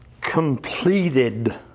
completed